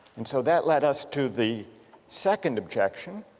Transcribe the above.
and so that led us to the second objection,